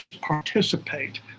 participate